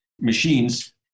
machines